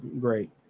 great